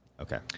Okay